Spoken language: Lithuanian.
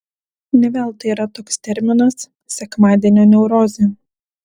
ne veltui yra toks terminas sekmadienio neurozė